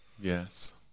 Yes